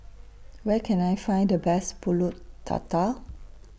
Where Can I Find The Best Pulut Tatal